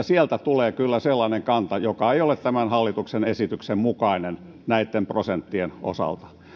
sieltä tulee kyllä sellainen kanta joka ei ole tämän hallituksen esityksen mukainen näitten prosenttien osalta